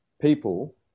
people